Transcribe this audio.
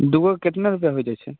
दुइगोके कतना रुपैआ हो जाइ छै